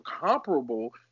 comparable